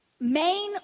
main